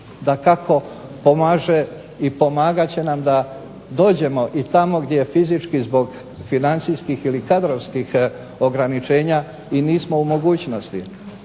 nam pomaže i pomagat će nam da dođemo tamo gdje fizički zbog financijskih ili kadrovskih ograničenja i nismo u mogućnosti.